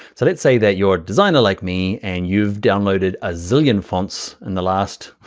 so let's say that you're a designer like me and you've downloaded a zillion fonts in the last,